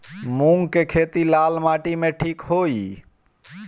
मूंग के खेती लाल माटी मे ठिक होई?